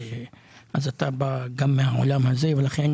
אתה בא גם מהעולם הזה ולכן אתה בא גם